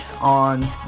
on